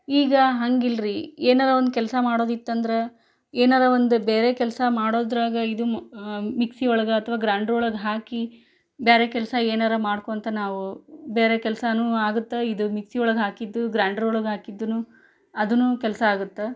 ಈಗ ಹಾಗಿಲ್ರಿ ಏನಾರು ಒಂದು ಕೆಲಸ ಮಾಡೋದು ಇತ್ತಂದ್ರೆ ಏನಾರು ಒಂದು ಬೇರೆ ಕೆಲಸ ಮಾಡೋದ್ರಾಗೆ ಇದು ಮ ಮಿಕ್ಸಿ ಒಳಗೆ ಅಥವಾ ಗ್ರಾಂಡ್ರ್ ಒಳಗೆ ಹಾಕಿ ಬೇರೆ ಕೆಲಸ ಏನಾರು ಮಾಡ್ಕೊಳ್ತಾ ನಾವು ಬೇರೆ ಕೆಲಸನೂ ಆಗುತ್ತೆ ಇದು ಮಿಕ್ಸಿ ಒಳಗೆ ಹಾಕಿದ್ದು ಗ್ರಾಂಡ್ರ್ ಒಳಗೆ ಹಾಕಿದ್ದೂನು ಅದೂನು ಕೆಲಸ ಆಗುತ್ತೆ